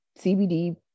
CBD